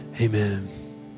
amen